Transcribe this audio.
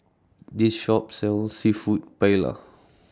This Shop sells Seafood Paella